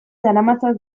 daramatzat